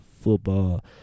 football